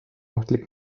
ohtlik